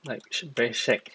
like